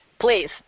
please